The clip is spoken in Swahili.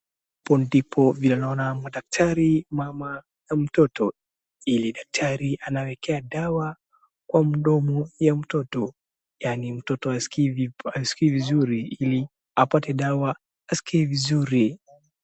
Hapo ndipo vile naona madaktari, mama, mtoto ili daktari anawekea dawa kwa mdomo ya mtoto, yaani mtoto haskii vizuri ili apate dawa askie vizuri.